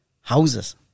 houses